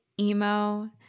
emo